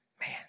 man